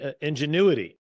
ingenuity